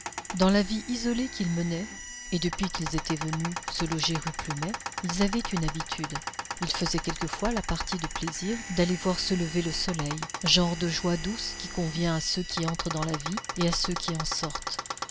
dans la vie isolée qu'ils menaient et depuis qu'ils étaient venus se loger rue plumet ils avaient une habitude ils faisaient quelquefois la partie de plaisir d'aller voir se lever le soleil genre de joie douce qui convient à ceux qui entrent dans la vie et à ceux qui en sortent